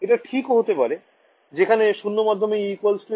এটা ঠিকও হতে পারে যেখানে শূন্য মাধ্যমে e h 1